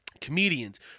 Comedians